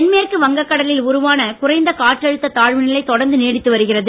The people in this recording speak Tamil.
தென்மேற்கு வங்கக்கடலில் உருவான குறைந்த காற்றழுத்த தாழ்வு நிலை தொடர்ந்து நீடித்து வருகிறது